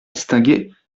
distinguer